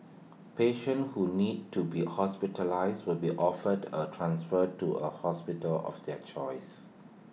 patients who need to be hospitalised will be offered A transfer to A hospital of their choice